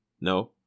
No